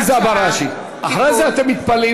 עליזה בראשי, אחרי זה אתם מתפלאים